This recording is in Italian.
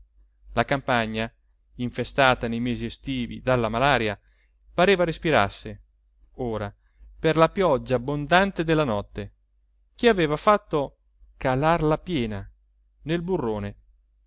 la campagna infestata nei mesi estivi dalla malaria pareva respirasse ora per la pioggia abbondante della notte che aveva fatto calar la piena el burrone